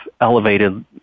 elevated